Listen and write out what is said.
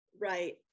Right